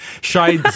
shy